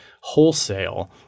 wholesale